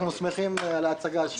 אנחנו שמחים על ההצגה,